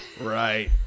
Right